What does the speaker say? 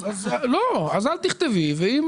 אז אל תכתבי ואם